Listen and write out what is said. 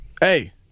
hey